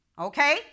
Okay